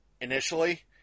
initially